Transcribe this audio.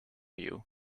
you